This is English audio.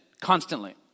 constantly